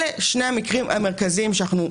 אלה שני המקרים המרכזיים שבהם אנחנו,